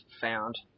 found